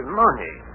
money